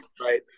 Right